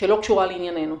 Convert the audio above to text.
שלא קשורה לענייננו.